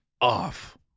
off